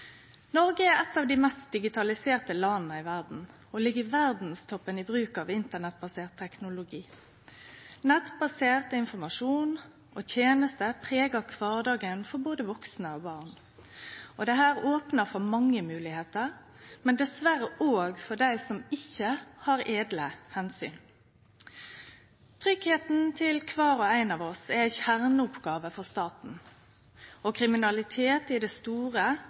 Noreg er eit av dei mest digitaliserte landa i verda og ligg i verdstoppen i bruk av internettbasert teknologi. Nettbasert informasjon og tenester pregar kvardagen for både vaksne og barn. Dette opnar for mange moglegheiter, dessverre også for dei som ikkje har edle hensikter. Tryggleiken til kvar og ein av oss er ei kjerneoppgåve for staten. Og kriminalitet i det store,